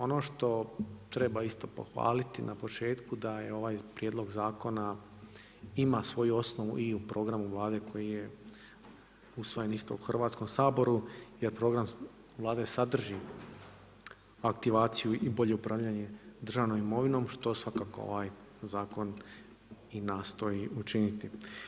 Ono što treba isto pohvaliti na početku da ovaj prijedlog zakona ima svoju osnovu i u programu Vlade koji je usvojen isto u Hrvatskom saboru jer program Vlade sadrži aktivaciju i bolje upravljanje državnom imovinom što svakako ovaj zakon i nastoji učiniti.